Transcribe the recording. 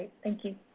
thank you.